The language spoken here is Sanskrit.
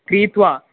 क्रीत्वा